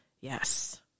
yes